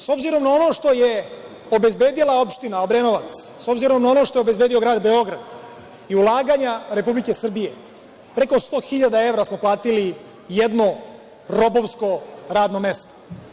S obzirom na ono što je obezbedila opština Obrenovac, s obzirom ono što je obezbedio grad Beograd i ulaganja Republike Srbije, preko 100 hiljada evra smo platili jedno robovsko radno mesto.